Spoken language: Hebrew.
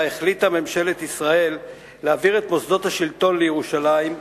החליטה ממשלת ישראל להעביר את מוסדות השלטון לירושלים,